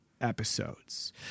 episodes